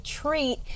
treat